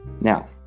Now